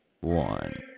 one